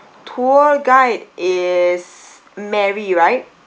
tour guide is mary right